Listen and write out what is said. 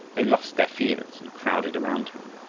they lost their fears and crowded around him.